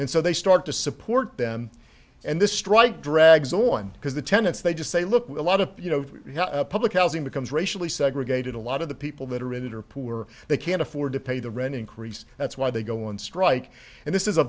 and so they start to support them and this strike drags on because the tenants they just say look a lot of you know public housing becomes racially segregated a lot of the people that are in it are poor they can't afford to pay the rent increase that's why they go on strike and this is a